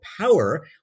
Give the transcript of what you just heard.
power